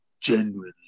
genuinely